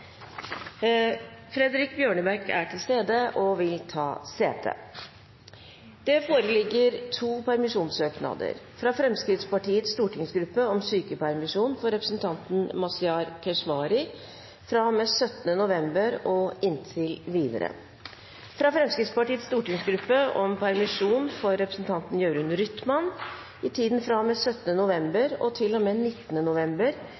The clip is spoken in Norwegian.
foreligger to permisjonssøknader: fra Fremskrittspartiets stortingsgruppe om sykepermisjon for representanten Mazyar Keshvari fra og med 17. november og inntil videre fra Fremskrittspartiets stortingsgruppe om permisjon for representanten Jørund Rytman i tiden fra og med 17. november til og med 19. november